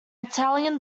italian